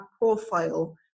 profile